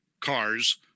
cars